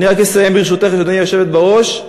אני רק אסיים, ברשותך, גברתי היושבת בראש.